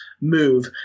move